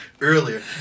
Earlier